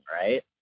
right